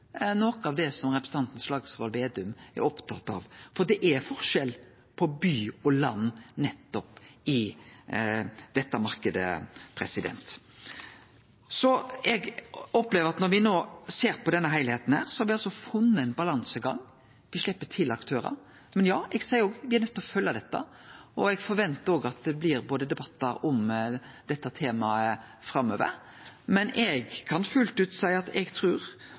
noko av det representanten Slagsvold Vedum er opptatt av, for det er forskjell på by og land nettopp i denne marknaden. Eg opplever at når me no ser på denne heilskapen, har me funne ein balansegang. Me slepper til aktørar, men eg ser òg at me er nøydde til å følgje dette, og eg forventar at det blir debattar om dette temaet framover. Men eg kan fullt ut seie eg trur